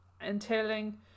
entailing